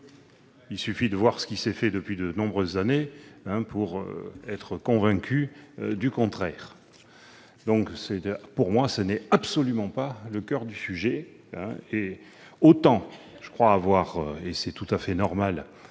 Il suffit de voir ce qui s'est fait depuis de nombreuses années pour être convaincu du contraire ! Pour moi, ce n'est absolument pas le coeur du sujet et, autant je crois avoir fait le